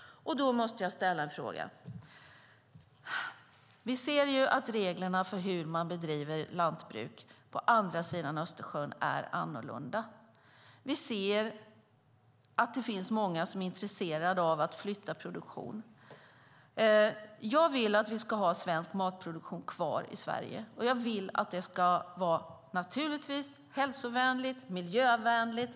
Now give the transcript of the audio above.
Jag måste ställa en fråga. Vi ser att reglerna för hur man bedriver lantbruk på andra sidan Östersjön är annorlunda. Vi ser att det finns många som är intresserade av att flytta produktion. Jag vill att vi ska ha svensk matproduktion kvar i Sverige. Den ska naturligtvis vara hälsovänlig och miljövänlig.